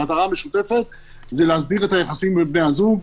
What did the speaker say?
המטרה המשותפת זה להסדיר את היחסים בין בני הזוג,